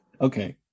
Okay